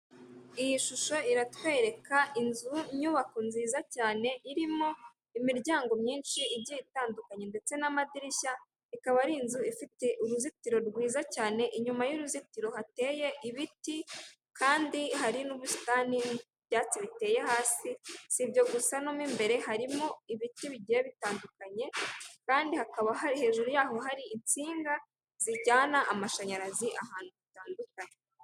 Iyi shusho iratwereka inzu, inyubako nziza cyane irimo imiryango myinshi igiye itandukanye ndetse n'amadirishya, ikaba ari inzu ifite uruzitiro rwiza cyane, inyuma y'uruzitiro hateye ibiti, kandi hari n'ubusitani n'ibyatsi biteye hasi, si ibyo gusa no imbere harimo ibiti bigiye bitandukanye, kandi hakaba hari hejuru yaho hari insinga, zijyana amashanyarazi ahantu hatandukanye.